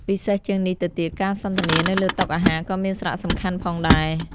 ពិសេសជាងនេះទៅទៀត ការសន្ទនានៅលើតុអាហារក៏មានសារៈសំខាន់ផងដែរ។